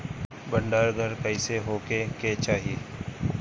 भंडार घर कईसे होखे के चाही?